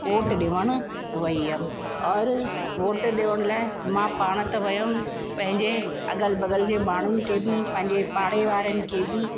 ओट ॾियण वेई हुअमि और वोट ॾियण लाइ मां पाणि त वियमि पंहिंजे अगल बगल जे माण्हुनि खे बि पंहिंजे पाड़े वारनि खे बि